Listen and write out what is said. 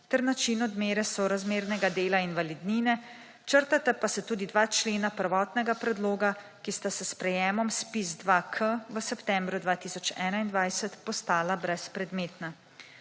ter način odmere sorazmernega dela invalidnine, črtata pa se tudi dva člena prvotnega predloga, ki sta s sprejemom ZPIZ-2K v septembru 2021 postala brezpredmetna.